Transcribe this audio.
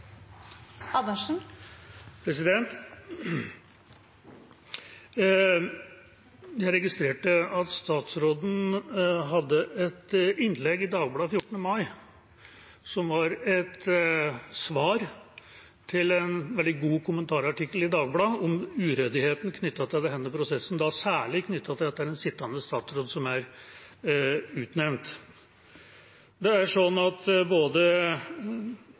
Jeg registrerte at statsråden hadde et innlegg i Dagbladet 14. mai, som var et svar på en veldig god kommentarartikkel i Dagbladet om uryddigheten knyttet til denne prosessen, særlig knyttet til at det er en sittende statsråd som er utnevnt.